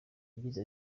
yagize